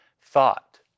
thought